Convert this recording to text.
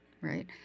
right